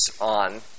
on